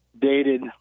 dated